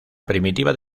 primitiva